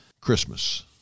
Christmas